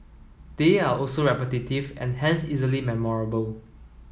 they are also repetitive and hence easily memorable